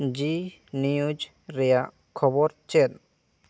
ᱡᱤ news ᱨᱮᱭᱟᱜ ᱠᱷᱚᱵᱚᱨ ᱪᱮᱫ